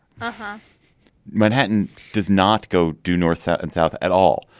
but manhattan does not go due north and south at all.